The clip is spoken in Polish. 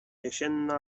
jesienna